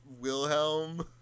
Wilhelm